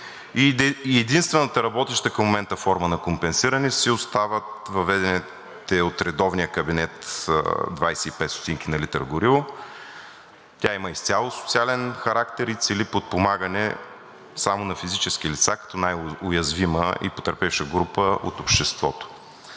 Единствената работеща към момента форма на компенсиране си остават въведените от редовния кабинет 25 ст. на литър гориво. Тя има изцяло социален характер и цели подпомагане само на физически лица като най-уязвима и потърпевша група от обществото.